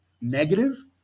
negative